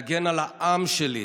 להגן על העם שלי,